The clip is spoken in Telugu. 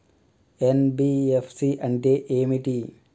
ఎన్.బి.ఎఫ్.సి అంటే ఏమిటి?